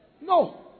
No